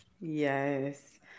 Yes